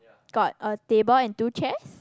got a table and two chairs